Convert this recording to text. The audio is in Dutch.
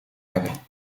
hebben